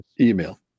email